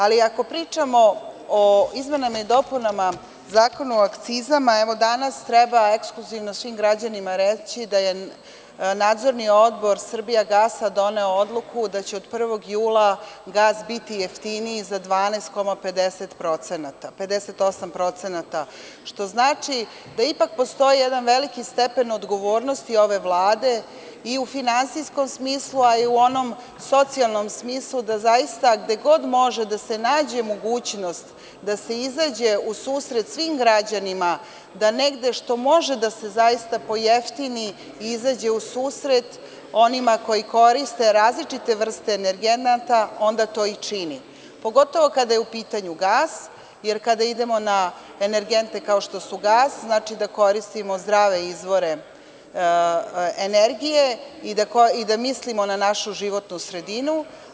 Ako pričamo o izmenama i dopunama Zakona o akcizama, danas treba ekskluzivno svim građanima reći da je Nadzorni odbor Srbijagasa doneo odluku da će od 1. jula gas biti jeftiniji za 12,58%, što znači da ipak postoji jedan veliki stepen odgovornosti ove Vlade i u finansijskom smislu, a i u onom socijalnom smislu da gde god može da se nađe mogućnost, da se izađe u susret svim građanima, da negde gde može da se pojeftini i izađe u susret onima koji koriste različite vrste energenata, onda to i čini, pogotovo kada je u pitanju gas, jer kada idemo na energente, kao što je gas, znači da koristimo zdrave izvore energije i da mislimo na našu životnu sredinu.